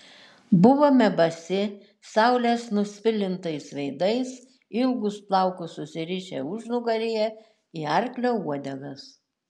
buvome basi saulės nusvilintais veidais ilgus plaukus susirišę užnugaryje į arklio uodegas